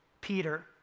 Peter